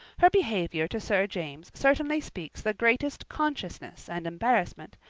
her behaviour to sir james certainly speaks the greatest consciousness and embarrassment,